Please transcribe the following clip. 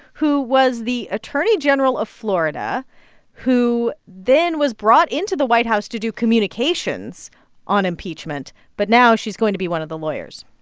who was the attorney general of florida who then was brought into the white house to do communications on impeachment. but now she's going to be one of the lawyers